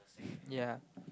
ya